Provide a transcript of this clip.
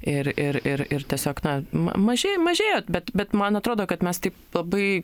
ir ir ir ir tiesiog na ma mažėj mažėja bet bet man atrodo kad mes taip labai